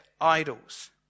idols